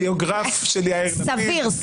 הביוגרף של יאיר לפיד.